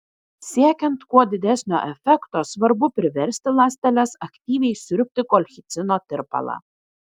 siekiant kuo didesnio efekto svarbu priversti ląsteles aktyviai siurbti kolchicino tirpalą